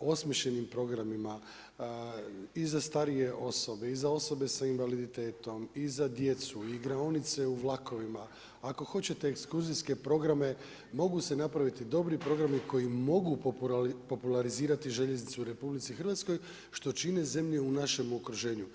osmišljenim programima i za starije osobe i za osobe sa invaliditetom i za djecu, igraonice u vlakovima, ako hoćete ekskurzijske programe, mogu se napraviti dobri programi koji mogu popularizirati željeznicu u RH što čine zemlje u našem okruženju.